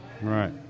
right